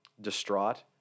distraught